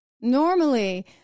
normally